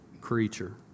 creature